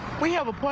we have a